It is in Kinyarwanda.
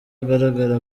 agaragara